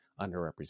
underrepresented